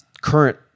current